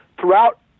throughout